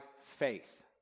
faith